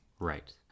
Right